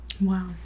Wow